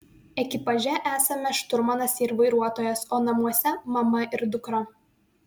ekipaže esame šturmanas ir vairuotojas o namuose mama ir dukra